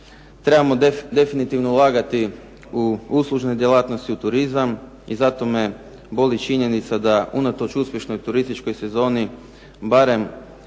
trebamo definitivno ulagati u uslužne djelatnosti u turizam. I zato me boli činjenica da unatoč uspješnoj turističkoj sezoni, barem